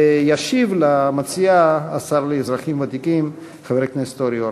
וישיב למציעה השר לאזרחים ותיקים חבר הכנסת אורי אורבך.